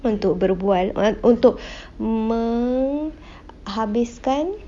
untuk berbual untuk menghabiskan